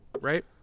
right